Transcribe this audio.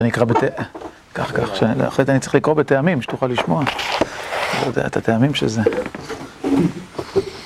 אני אקרא, ככה ככה, אחרת אני צריך לקרוא בטעמים שתוכל לשמוע. אני לא יודע את הטעמים של זה.